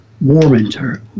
Warminster